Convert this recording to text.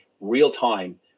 real-time